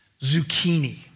zucchini